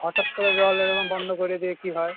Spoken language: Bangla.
হঠাৎ করে জল ওইরকম বন্ধ করে দিয়ে কী হয়